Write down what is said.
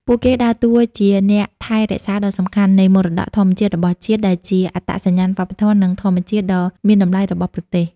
ពួកគេដើរតួជា អ្នកថែរក្សាដ៏សំខាន់ នៃមរតកធម្មជាតិរបស់ជាតិ ដែលជាអត្តសញ្ញាណវប្បធម៌ និងធម្មជាតិដ៏មានតម្លៃរបស់ប្រទេស។